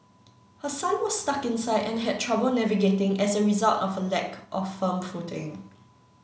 her son was stuck inside and had trouble navigating as a result of a lack of firm footing